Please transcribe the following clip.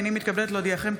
הינני מתכבדת להודיעכם,